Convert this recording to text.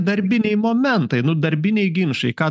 darbiniai momentai nu darbiniai ginčai ką